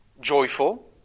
joyful